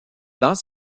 dans